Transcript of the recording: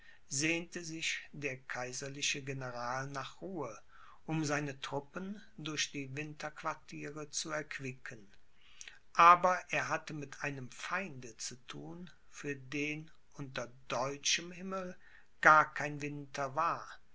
sehnte sich der kaiserliche general nach ruhe um seine truppen durch die winterquartiere zu erquicken aber er hatte mit einem feinde zu thun für den unter deutschem himmel gar kein winter war